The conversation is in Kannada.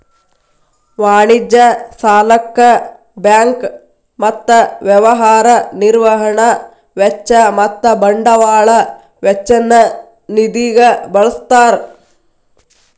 ವಾಣಿಜ್ಯ ಸಾಲಕ್ಕ ಬ್ಯಾಂಕ್ ಮತ್ತ ವ್ಯವಹಾರ ನಿರ್ವಹಣಾ ವೆಚ್ಚ ಮತ್ತ ಬಂಡವಾಳ ವೆಚ್ಚ ನ್ನ ನಿಧಿಗ ಬಳ್ಸ್ತಾರ್